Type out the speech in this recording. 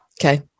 Okay